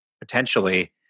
potentially